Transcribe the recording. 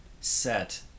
set